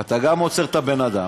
אתה גם עוצר את הבן-אדם,